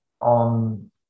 on